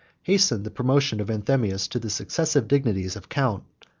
hastened the promotion of anthemius to the successive dignities of count,